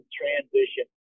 transition